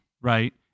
Right